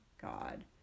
god